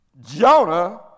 Jonah